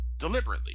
deliberately